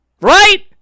Right